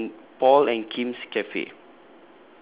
paul's and paul and kim's cafe